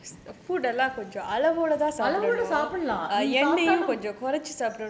அளவோட சாப்பிடலாம் நீ சாப்டாலும்:alavoda saapidalaam nee saptaalum